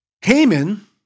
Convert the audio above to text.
Haman